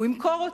הוא ימכור אותה.